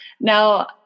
Now